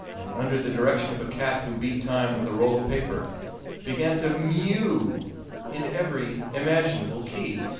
and under the direction of a cat who beat time with a roll of paper began to mew in every imaginable key,